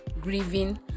grieving